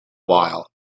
while